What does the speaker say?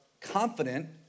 confident